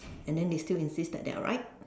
and then they still insist that they are right